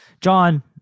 John